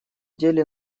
деле